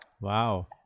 Wow